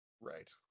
Right